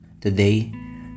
Today